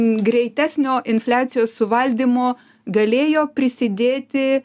greitesnio infliacijos suvaldymo galėjo prisidėti